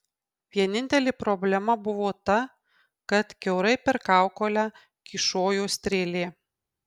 vienintelė problema buvo ta kad kiaurai per kaukolę kyšojo strėlė